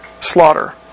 slaughter